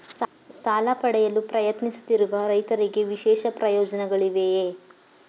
ಸಾಲ ಪಡೆಯಲು ಪ್ರಯತ್ನಿಸುತ್ತಿರುವ ರೈತರಿಗೆ ವಿಶೇಷ ಪ್ರಯೋಜನಗಳಿವೆಯೇ?